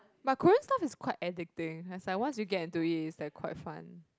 but Korean stuffs is quite addicting like once you get into it it's like quite fun